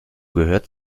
gehört